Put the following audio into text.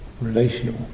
relational